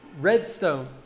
Redstone